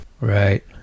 right